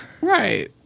Right